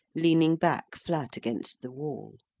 leaning back flat against the wall.